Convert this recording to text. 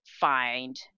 find